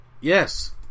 Yes